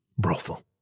brothel